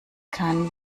kann